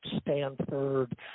Stanford